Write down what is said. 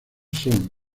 son